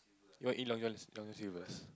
you wanna eat Long John Long-John-Silvers